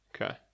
Okay